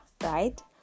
right